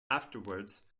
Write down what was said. afterwards